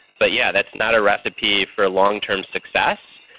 but yeah, that's not a recipe for long-term success,